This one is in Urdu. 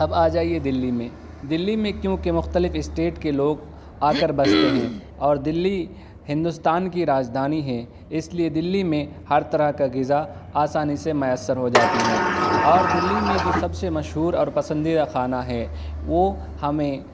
اب آ جائیے دلی میں دلی میں کیوںکہ مختلف اسٹیٹ کے لوگ آ کر بستے ہیں اور دلی ہندوستان کی راجدھانی ہے اس لیے دلی میں ہر طرح کا غذا آسانی سے میسر ہو جاتی ہیں اور دلی میں جو سب سے مشہور اور پسندیدہ کھانا ہے وہ ہمیں